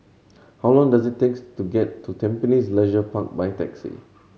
how long does it takes to get to Tampines Leisure Park by taxi